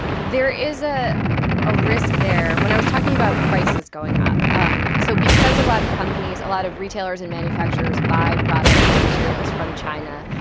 there is ah a risk there when i was talking about prices going up. um so because a lot of companies, a lot of retailers and manufacturers buy products and materials from china,